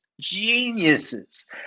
geniuses